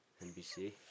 NBC